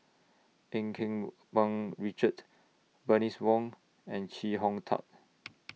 EU Keng Mun Richard Bernice Wong and Chee Hong Tat